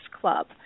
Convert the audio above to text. club